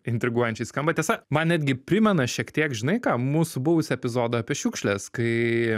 intriguojančiai skamba tiesa man netgi primena šiek tiek žinai ką mūsų buvusį epizodą apie šiukšles kai